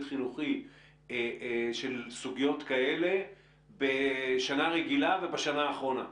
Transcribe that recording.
חינוכי של סוגיות כאלה בשנה רגילה ובשנה האחרונה.